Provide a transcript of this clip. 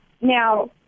Now